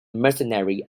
mercenary